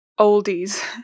oldies